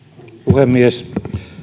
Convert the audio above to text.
puhemies